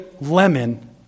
lemon